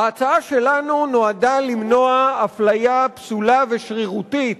ההצעה שלנו נועדה למנוע אפליה פסולה ושרירותית